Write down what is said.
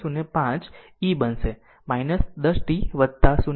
05 e બનશે 10 t વત્તા 0